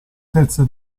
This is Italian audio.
terza